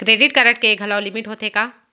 Credit card के घलव limit होथे का?